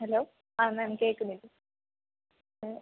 hello ആ ma'am കേൾക്കുന്നുണ്ട് ആ